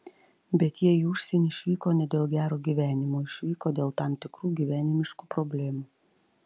bet jie į užsienį išvyko ne dėl gero gyvenimo išvyko dėl tam tikrų gyvenimiškų problemų